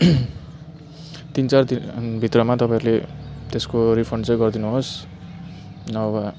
तिन चार दिन भित्रमा तपाईँहरूले त्यसको रिफन्ड चाहिँ गरिदिनु होस् नभए